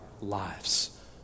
lives